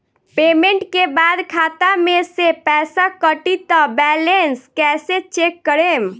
Payment के बाद खाता मे से पैसा कटी त बैलेंस कैसे चेक करेम?